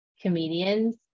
comedians